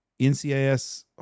NCIS